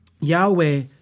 Yahweh